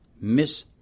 Miss